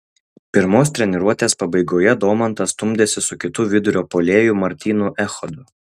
pirmos treniruotės pabaigoje domantas stumdėsi su kitu vidurio puolėju martynu echodu